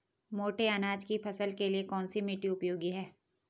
मोटे अनाज की फसल के लिए कौन सी मिट्टी उपयोगी है?